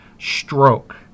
stroke